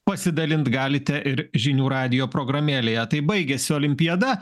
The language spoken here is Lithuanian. pasidalint galite ir žinių radijo programėlėje tai baigėsi olimpiada